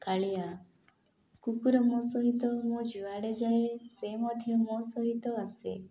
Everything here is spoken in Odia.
କାଳିଆ କୁକୁର ମୋ ସହିତ ମୁଁ ଯୁଆଡ଼େ ଯାଏ ସେ ମଧ୍ୟ ମୋ ସହିତ ଆସେ